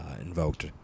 invoked